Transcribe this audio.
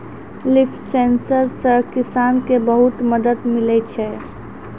लिफ sensor से किसान के बहुत मदद मिलै छै